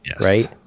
right